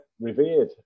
revered